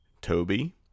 Toby